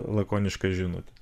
lakoniška žinutė